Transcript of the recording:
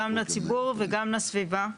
גם לציבור וגם לסביבה.